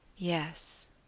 yes.